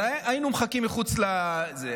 אבל היינו מחכים מחוץ לזה.